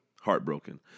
Heartbroken